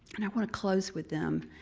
and i want to close with them.